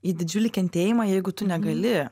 į didžiulį kentėjimą jeigu tu negali